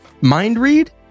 mind-read